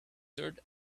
third